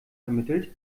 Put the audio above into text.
vermittelt